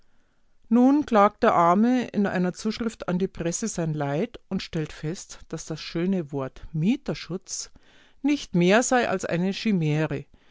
nun klagt der arme in einer zuschrift an die presse sein leid und stellt fest daß das schöne wort mieterschutz nicht mehr sei als eine